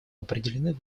определены